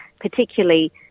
particularly